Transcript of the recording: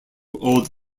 old